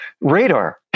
radar